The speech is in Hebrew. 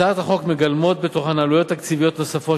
הצעות החוק מגלמות בתוכן עלויות תקציביות נוספות